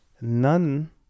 None